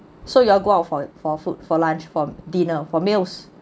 so you all go out for it for food for lunch for dinner for meals